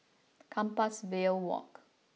Compassvale Walk